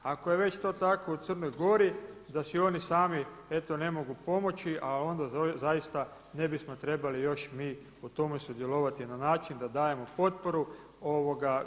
Ako je to već tako u Crnoj Gori da si oni sami eto ne mogu pomoći, ali onda zaista ne bismo trebali još mi u tome sudjelovati na način da dajemo potporu.